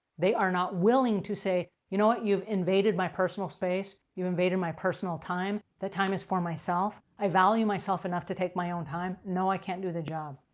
they are not willing to say, you know what? you've invaded my personal space. you've invaded my personal time. the time is for myself. i value myself enough to take my own time. no, i can't do the job.